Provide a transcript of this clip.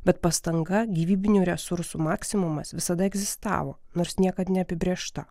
bet pastanga gyvybinių resursų maksimumas visada egzistavo nors niekad neapibrėžta